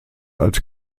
als